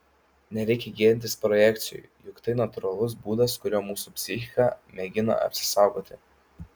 nereikia gėdintis projekcijų juk tai natūralus būdas kuriuo mūsų psichika mėgina apsisaugoti